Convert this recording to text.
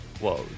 Whoa